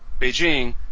Beijing